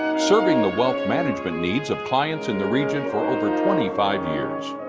serving the wealth management needs of clients in the region for over twenty five years.